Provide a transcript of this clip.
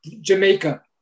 Jamaica